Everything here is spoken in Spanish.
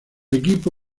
equipo